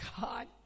God